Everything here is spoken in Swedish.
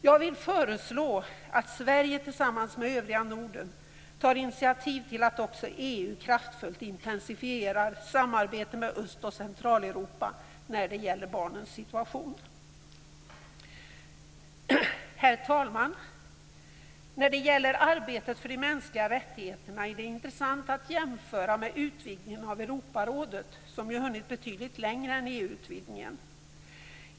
Jag vill föreslå att Sverige tillsammans med övriga Norden tar initiativ till att också EU kraftfullt intensifierar ett samarbete med Öst och Centraleuropa när det gäller barnens situation. Herr talman! När det gäller arbetet för de mänskliga rättigheterna är det intressant att jämföra med utvidgningen av Europarådet, som ju hunnit betydligt längre än EU-utvidgningen.